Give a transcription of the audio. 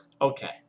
okay